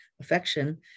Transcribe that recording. affection